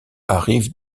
arrivent